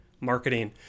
marketing